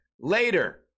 later